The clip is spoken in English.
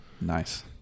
Nice